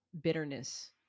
bitterness